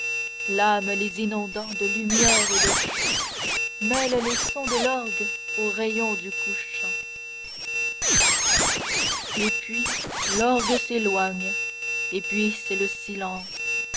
l'âme les inondant de lumière et de chant mêle les sons de l'orgue aux rayons du couchant et puis l'orgue s'éloigne et puis c'est le silence